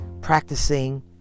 practicing